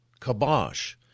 kabosh